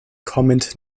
kommend